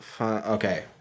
Okay